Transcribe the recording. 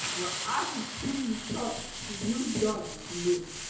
well, i have seen the stuff you've done for me